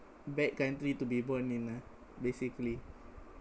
bad country to be born in lah basically